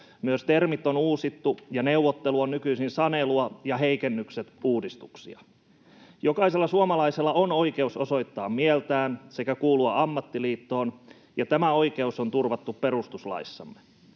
Myös termit on uusittu, ja neuvottelu on nykyisin sanelua ja heikennykset uudistuksia. Jokaisella suomalaisella on oikeus osoittaa mieltään sekä kuulua ammattiliittoon, ja tämä oikeus on turvattu perustuslaissamme.